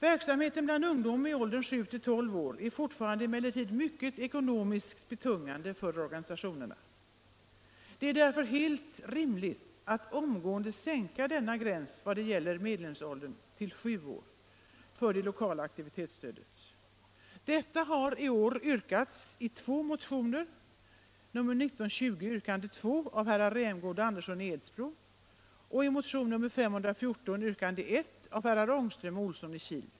Verksamheten bland ungdom i åldrarna 7-12 år är emellertid fortfarande mycket ekonomiskt betungande för organisationerna. Det är där för helt rimligt att omgående sänka denna gräns vad gäller medlemsålder till 7 år för det lokala aktivitetsstödet. Detta har i år yrkats i två motioner, nr 1920 yrkande 2 av herrar Rämgård och Andersson i Edsbro, och nr 514 yrkande nr 1 av herrar Ångström och Olsson i Kil.